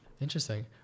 Interesting